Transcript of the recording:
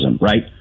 right